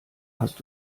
hast